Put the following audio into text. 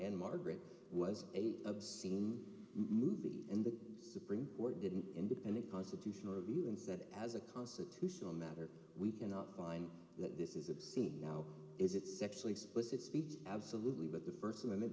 in margaret was a obscene movie and the supreme court did an independent constitutional review and said as a constitutional matter we cannot find that this is obscene how is it sexually explicit speech absolutely but the first